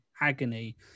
agony